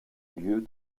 lieu